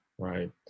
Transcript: right